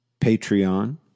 Patreon